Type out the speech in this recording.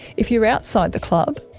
if you're outside the club,